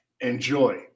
Enjoy